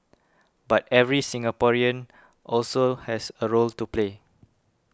but every Singaporean also has a role to play